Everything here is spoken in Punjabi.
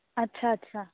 ਅੱਛਾ ਅੱਛਾ